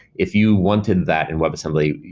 if you wanted that in web assembly,